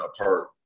apart